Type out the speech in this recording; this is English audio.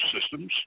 systems